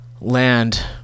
land